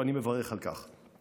ואני מברך על כך.